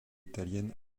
italienne